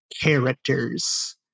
characters